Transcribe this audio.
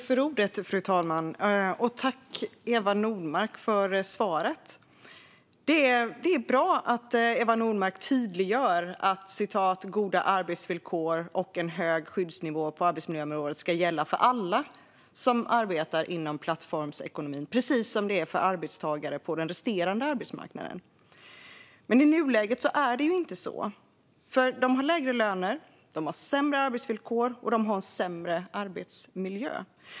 Fru talman! Tack, Eva Nordmark, för svaret! Det är bra att Eva Nordmark tydliggör, som hon sa i sitt svar, att goda arbetsvillkor och en hög skyddsnivå på arbetsmiljöområdet ska gälla för alla som arbetar inom plattformsekonomin, precis som för arbetstagare på den resterande arbetsmarknaden. Men i nuläget är det inte så, för de har lägre löner, sämre arbetsvillkor och sämre arbetsmiljö.